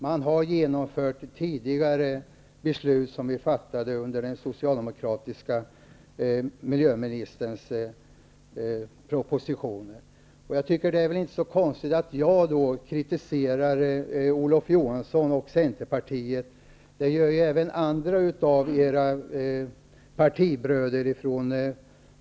Man har genomfört beslut som fattades i samband med den socialdemokratiska miljöministerns propositioner. Det är väl inte så konstigt att jag då kritiserar Olof Johansson och Centerpartiet. Det gör även andra av era partibröder.